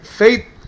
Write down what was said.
faith